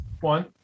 One